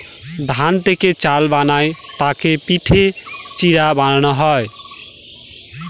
ধান থেকে চাল বানায় তাকে পিটে চিড়া বানানো হয়